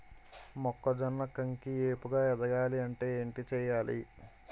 మొక్కజొన్న కంకి ఏపుగ ఎదగాలి అంటే ఏంటి చేయాలి?